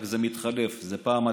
רק זה מתחלף, פעם אתם,